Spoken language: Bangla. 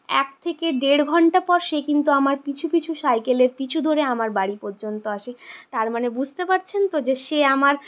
এক থেকে দেড় ঘন্টা পর সে কিন্তু আমার পিছু পিছু সাইকেলের পিছু ধরে আমার বাড়ি পর্যন্ত আসে তার মানে বুঝতে পারছেন তো সে আমার